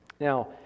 Now